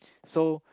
so